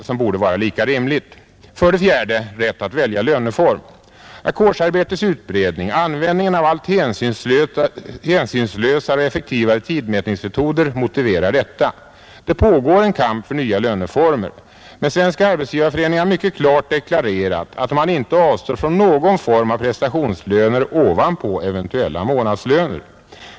Det borde vara lika rimligt. 4. Rätt att välja löneform. Ackordsarbetets utbredning, användningen av allt hänsynslösare och effektivare tidmätningsmetoder motiverar detta. Det pågår en kamp för nya löneformer. Men Svenska arbetsgivareföreningen har mycket klart deklarerat att man inte avstår från någon form av prestationslöner ovanpå eventuella månadslöner.